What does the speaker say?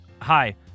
Hi